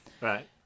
Right